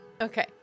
Okay